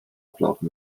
ablaufen